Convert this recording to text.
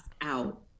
out